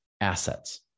assets